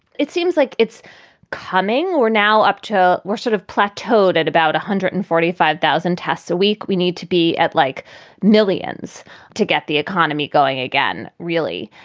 it seems like it's coming or now up to we're sort of plateaued at about one hundred and forty five thousand tests a week. we need to be at like millions to get the economy going again. really,